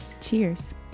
cheers